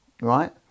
right